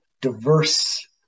diverse –